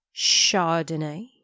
Chardonnay